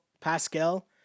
Pascal